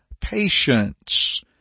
patience